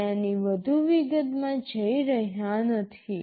આપણે આની વધુ વિગતમાં જઈ રહ્યા નથી